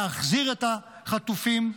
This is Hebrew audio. להחזיר את החטופים,